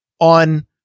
on